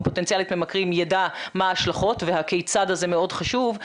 פוטנציאלית ממכרים יידע מה ההשלכות והכיצד זה מאוד חשוב.